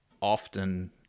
often